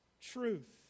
truth